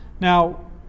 Now